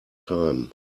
time